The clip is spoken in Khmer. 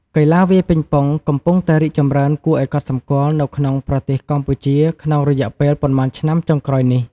កីឡាវាយប៉េងប៉ុង កំពុងតែរីកចម្រើនគួរឱ្យកត់សម្គាល់នៅក្នុងប្រទេសកម្ពុជាក្នុងរយៈពេលប៉ុន្មានឆ្នាំចុងក្រោយនេះ។